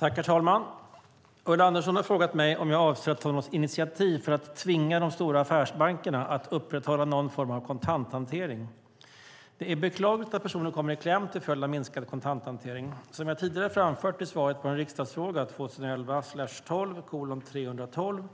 Herr talman! Ulla Andersson har frågat mig om jag avser att ta något initiativ för att tvinga de stora affärsbankerna att upprätthålla någon form av kontanthantering. Det är beklagligt att personer kommer i kläm till följd av minskad kontanthantering. Som jag tidigare framfört i svaret på riksdagsfråga 2011/12:312